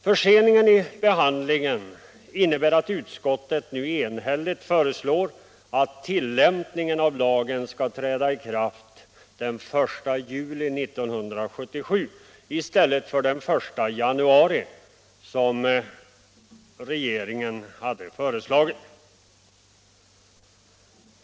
Förseningen av behandlingen innebär att utskottet nu enhälligt föreslår att tillämpningen av lagen skall träda i kraft den 1 juli 1977 i stället för den 1 januari, som regeringen hade föreslagit.